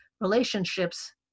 relationships